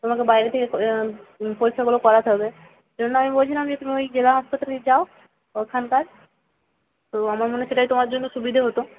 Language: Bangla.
তোমাকে বাইরে থেকে পরীক্ষাগুলো করাতে হবে সেজন্য আমি বলছিলাম যে তুমি ওই জেলা হাসপাতালেই যাও ওখানকার তো আমার মনে হয় সেইটাই তোমার জন্য সুবিধে হতো